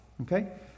okay